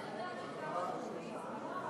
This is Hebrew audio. אפשר לדעת עוד כמה דוברים?